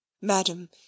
madam